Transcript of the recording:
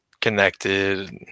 connected